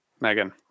Megan